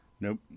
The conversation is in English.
Nope